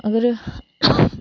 अगर